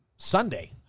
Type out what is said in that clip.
Sunday